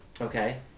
Okay